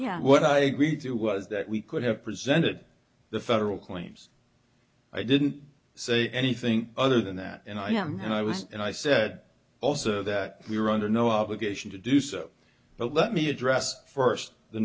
talking what i agreed to was that we could have presented the federal claims i didn't say anything other than that and i am who i was and i said also that we were under no obligation to do so but let me address first the